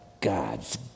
God's